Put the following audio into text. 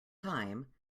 time